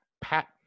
Pat